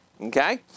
okay